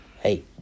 Hey